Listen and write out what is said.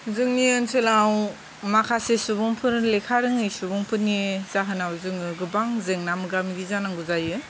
जोंनि ओनसोलाव माखासे सुबुंफोर लेखा रोङै सुबुंफोरनि जाहोनाव जोङो गोबां जेंना मोगा मोगि जानांगौ जायो